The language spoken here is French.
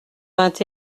vingt